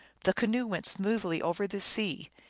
the canoe went smoothly over the sea,